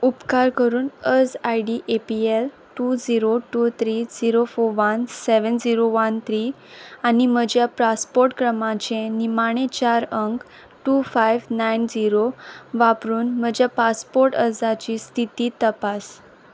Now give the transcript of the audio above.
उपकार करून अर्ज I D A P L two zero two three zero four one seven zero one three आनी म्हज्या passport क्रमाचे निमाणे चार अंक टू फायव नायन झिरो वापरून म्हज्या पासपोर्ट अर्जाची स्थिती तपास